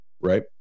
Right